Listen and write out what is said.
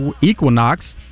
Equinox